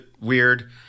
weird